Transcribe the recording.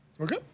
Okay